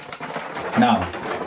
now